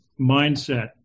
mindset